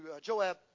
Joab